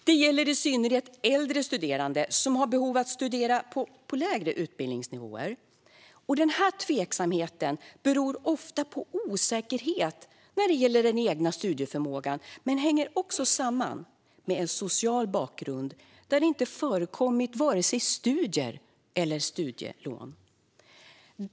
Det gäller i synnerhet äldre studerande som har behov av att studera på lägre utbildningsnivåer. Den tveksamheten beror ofta på en osäkerhet när det gäller den egna studieförmågan. Men den hänger också samman med en social bakgrund där det inte förekommit vare sig studier eller studielån.